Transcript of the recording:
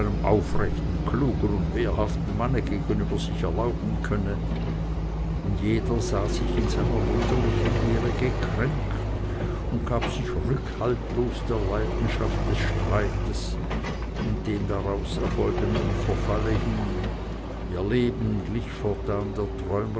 aufrechten klugen und wehrhaften manne gegenüber sich erlauben könne und jeder sah sich in seiner wunderlichen ehre gekränkt und gab sich rückhaltlos der leidenschaft des streites und dem daraus erfolgenden verfalle hin und ihr leben glich fortan der